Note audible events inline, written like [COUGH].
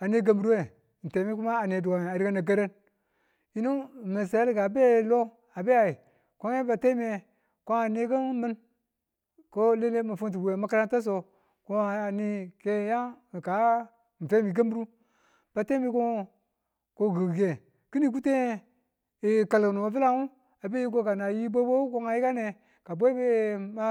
A ne kambi̱rwe temi kuma a ne dukan we a rigang a [UNINTELLIGIBLE] karan yinu [UNINTELLIGIBLE] ka a be lo, ko nge ye batemi ko nikin mi̱n ko lini ng mi̱n funtu bwi we makaranta so ko a nike ng ya ka femi kambi̱ru batemi ko ko ki̱ke ki̱nin kutenge kalkunung we fi̱lan a be ko ka nayi bwe bwewu ko a yikange, ka bwe a ya ma